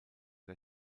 der